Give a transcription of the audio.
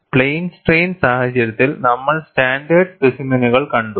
plain strain സാഹചര്യത്തിൽ നമ്മൾ standard സ്പെസിമെനുകൾ കണ്ടു